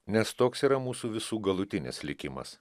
nes toks yra mūsų visų galutinis likimas